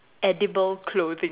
edible clothing